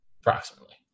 approximately